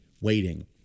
waiting